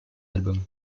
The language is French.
albums